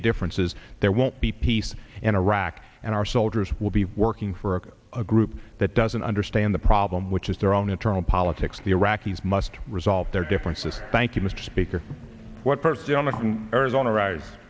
a differences there won't be peace in iraq and our soldiers will be working for a group that doesn't understand the problem which is their own internal politics the iraqis must resolve their differences thank you mr speaker what